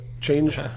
change